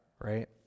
right